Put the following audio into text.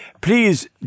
Please